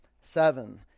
seven